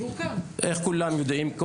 איך כולם יודעים,